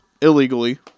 illegally